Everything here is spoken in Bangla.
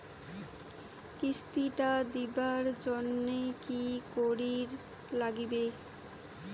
কিস্তি টা দিবার জন্যে কি করির লাগিবে?